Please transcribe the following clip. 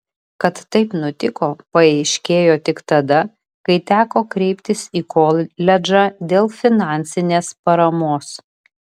kad taip nutiko paaiškėjo tik tada kai teko kreiptis į koledžą dėl finansinės paramos